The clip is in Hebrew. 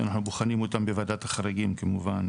אנחנו בוחנים אותם בוועדת החריגים כמובן,